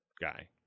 guy